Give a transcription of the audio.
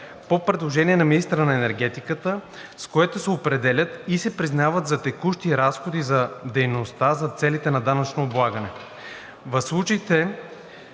по предложение на министъра на енергетиката, с което се определят и се признават за текущи разходи за дейността за целите на данъчното облагане. В случай